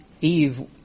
Eve